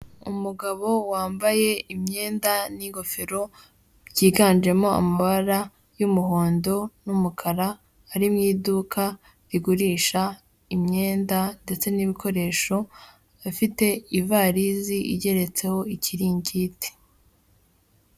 Umugabo wambaye imyenda n'ingofero byiganjemo amabara y'umuhondo n'umukara, ari mu iduka rigurisha imyenda ndetse n'ibikoresho afite ivarisi igeretseho ikiringiti.